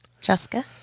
jessica